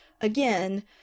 again